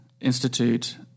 Institute